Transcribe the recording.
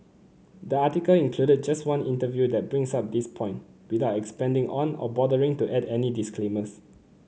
the article included just one interview that brings up this point without expanding on or bothering to add any disclaimers